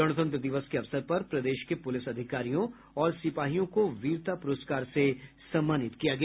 गणतंत्र दिवस के अवसर पर प्रदेश के पुलिस अधिकारियों और सिपाहियों को वीरता पुरस्कार से सम्मानित किया गया